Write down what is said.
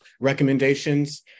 recommendations